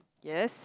yes